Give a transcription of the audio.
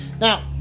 Now